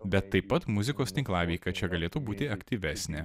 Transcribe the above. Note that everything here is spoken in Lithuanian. bet taip pat muzikos tinklaveika čia galėtų būti aktyvesnė